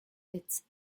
its